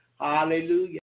hallelujah